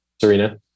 Serena